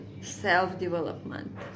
self-development